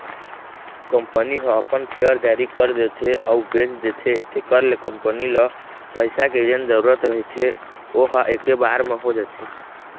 company ह अपन share जारी कर देथे अउ बेच देथे तेखर ले कंपनी ल पइसा के जेन जरुरत रहिथे ओहा ऐके बार म हो जाथे